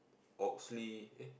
Oxley eh